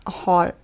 har